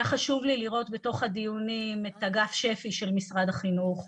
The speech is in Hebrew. היה חשוב לי לראות בתוך הדיונים את אגף שפ"י של משרד החינוך,